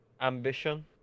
ambition